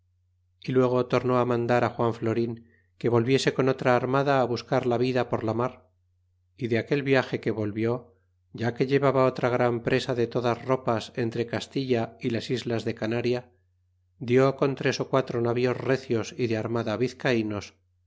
y luego tornó á mandar juan florin que volviese con otra armada buscar la vida por la rnar y de aquel viage que volviú ya que llevaba otra gran presa de todas ropas entre castilla y las islas de canaria dió con tres ó quatro navíos recios y de armada vizcaynos